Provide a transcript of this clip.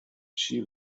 she